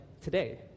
today